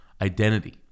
identity